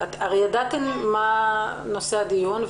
הרי ידעתם מה נושא הדיון.